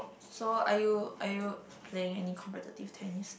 so are you are you playing any competitive tennis